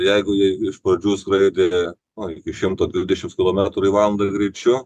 jeigu jie iš pradžių skraidė na iki šimto dvidešimts kilometrų į valandą greičiu